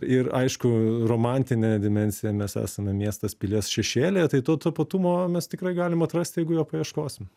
ir aišku romantinė dimensija mes esame miestas pilies šešėlyje tai to tapatumo mes tikrai galim atrasti jeigu jo paieškosim